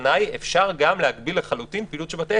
הכוונה היא שאפשר גם להגביל לחלוטין פעילות של בית עסק,